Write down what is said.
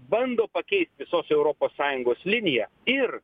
bando pakeist visos europos sąjungos liniją ir